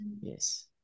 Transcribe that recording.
Yes